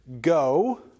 Go